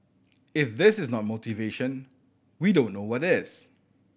if this is not motivation we don't know what is